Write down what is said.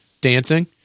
dancing